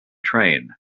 train